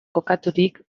kokaturik